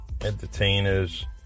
entertainers